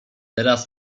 teraz